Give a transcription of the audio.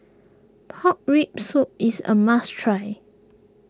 Pork Rib Soup is a must try